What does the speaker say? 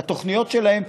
לתוכניות שלהם,